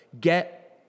get